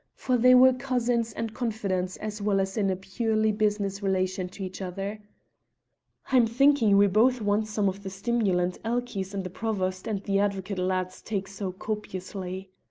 for they were cousins and confidants as well as in a purely business relation to each-other. i'm thinking we both want some of the stimulant elchies and the provost and the advocate lads take so copiously.